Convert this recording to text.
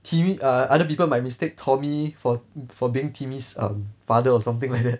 timmy other people might mistake tommy for for being timmy's um father or something like that